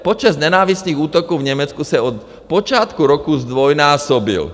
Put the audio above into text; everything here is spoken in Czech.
Počet nenávistných útoků v Německu se od počátku roku zdvojnásobil.